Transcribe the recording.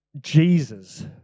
Jesus